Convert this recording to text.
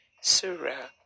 surah